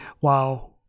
Wow